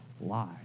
lie